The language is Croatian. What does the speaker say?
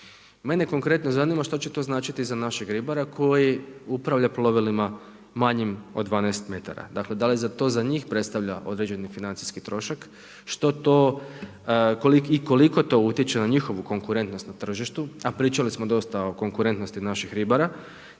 Mene konkretno zanima što će to značiti za našeg ribara koji upravlja plovilima manjim od 12 m. Dakle, da li to za njih predstavlja određeni financijski trošak? Što to i koliko to utječe na njihovu konkurentnost na tržištu, a pričali smo dosta o konkurentnosti naših ribara,